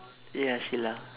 ya she laugh